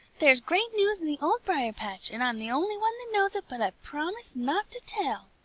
there's great news in the old briar-patch, and i'm the only one that knows it, but i've promised not to tell.